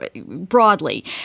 broadly